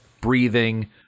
breathing